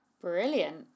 Brilliant